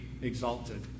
exalted